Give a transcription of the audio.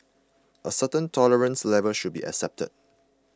a certain tolerance level should be accepted